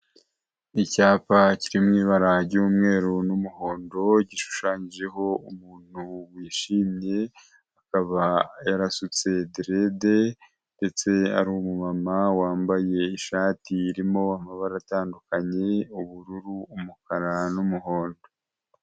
Icyapa kiri mu ibara ry'umweru n'umuhondo gishushanyijeho umuntu wishimye akaba yarasutse direde ndetse ari umu mama wambaye ishati irimo amabara atandukanye. ubururu, umukara, n'umuhondo.